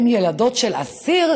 הן ילדות של אסיר,